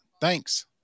Thanks